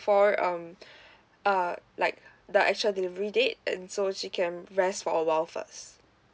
before um uh like the actual delivery date and so she can rest for a while first